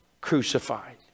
crucified